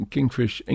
Kingfish